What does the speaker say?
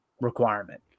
requirement